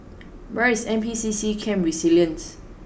where is N P C C Camp Resilience